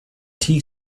tea